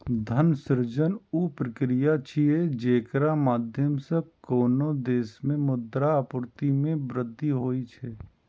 धन सृजन ऊ प्रक्रिया छियै, जेकरा माध्यम सं कोनो देश मे मुद्रा आपूर्ति मे वृद्धि होइ छै